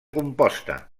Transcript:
composta